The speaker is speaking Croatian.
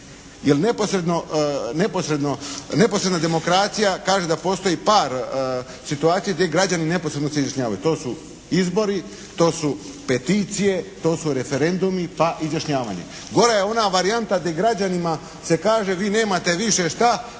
Jer neposredna demokracija kaže da postoji par situacija gdje građani neposredno se izjašnjavaju, to su izbori, to su peticije, to su referendumi, pa izjašnjavanje. Gora je ona varijanta gdje građanima se kaže vi nemate više šta,